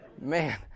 man